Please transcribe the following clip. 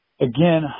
again